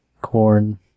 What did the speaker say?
corn